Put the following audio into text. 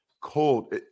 cold